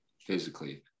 physically